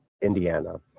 Indiana